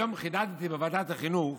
היום חידדתי בוועדת החינוך